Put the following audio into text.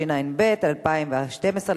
התשע"ב 2012,